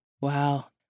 wow